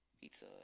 pizza